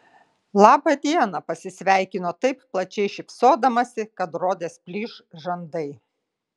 laba diena pasisveikino taip plačiai šypsodamasi kad rodėsi plyš žandai